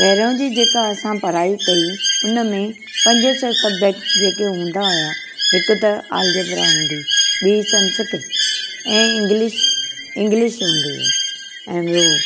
पहिरियों जी जेका असां पढ़ाई कई उनमें पंज छह सब्जेक्ट जेके हूंदा हुया हिकु त अलजेब्रा हूंदी ॿी संस्कृत ऐं इंग्लिश इंग्लिश हूंदी हुई ऐं ॿियो